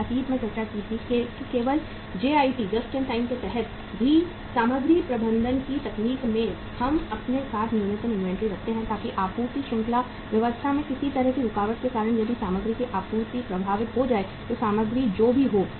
हमने अतीत में चर्चा की थी कि केवल JIT के तहत भी सामग्री प्रबंधन की तकनीक में हम अपने साथ न्यूनतम इन्वेंट्री रखते हैं ताकि आपूर्ति श्रृंखला व्यवस्था में किसी तरह की रुकावट के कारण यदि सामग्री की आपूर्ति प्रभावित हो जाए तो सामग्री जो भी हो